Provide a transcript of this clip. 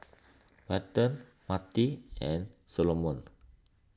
Welton Matie and Solomon